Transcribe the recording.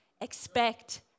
Expect